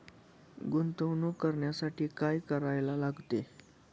गुंतवणूक करण्यासाठी काय करायला लागते?